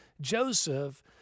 Joseph